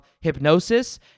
hypnosis